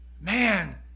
Man